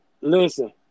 Listen